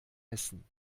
essen